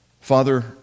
Father